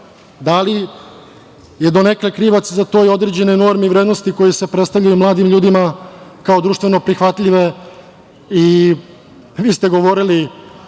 Da li su donekle krivac za to i određene norme i vrednosti koje se predstavljaju mladim ljudima kao društveno prihvatljive? Vi ste govorili,